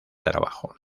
trabajo